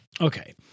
Okay